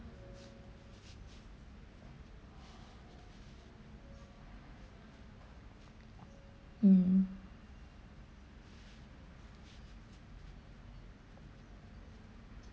mm